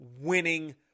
winning